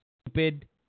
stupid